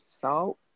Salt